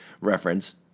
reference